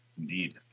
Indeed